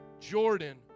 Jordan